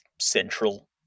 central